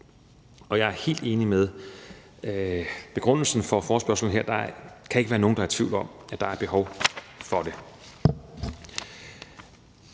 Jeg er helt enig i begrundelsen for forespørgslen her. Der kan ikke være nogen, der er i tvivl om, at der er behov for det.